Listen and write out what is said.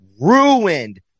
ruined